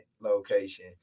location